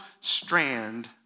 strand